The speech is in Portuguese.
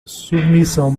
submissão